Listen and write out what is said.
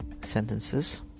sentences